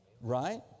Right